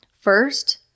First